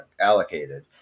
allocated